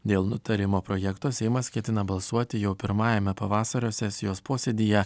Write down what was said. dėl nutarimo projekto seimas ketina balsuoti jau pirmajame pavasario sesijos posėdyje